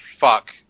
fuck